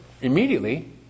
immediately